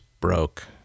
broke